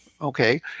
Okay